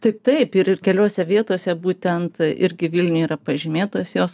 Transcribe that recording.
tai taip ir keliose vietose būtent irgi vilniuj yra pažymėtos jos